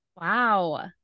wow